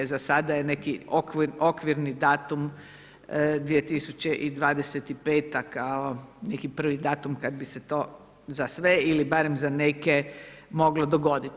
Za sada je neki okvirni datum 2025. kao neki prvi datum kada bi se to za sve ili barem za neke moglo dogoditi.